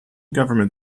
government